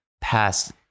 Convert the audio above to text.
past